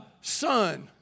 son